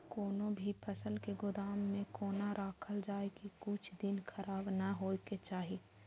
कोनो भी फसल के गोदाम में कोना राखल जाय की कुछ दिन खराब ने होय के चाही?